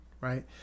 right